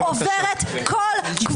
(חבר הכנסת גלעד קריב יוצא מחדר